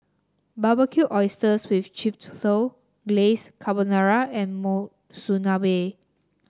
Barbecued Oysters with Chipotle Glaze Carbonara and Monsunabe